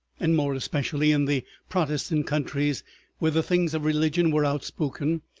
and more especially in the protestant countries where the things of religion were outspoken,